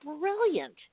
brilliant